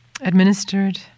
administered